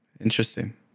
Interesting